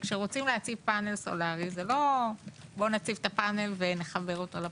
כשרוצים להציב פנל סולרי זה לא בוא נציב את הפנל ונחבר אותו לפלאג.